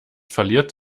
verliert